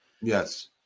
yes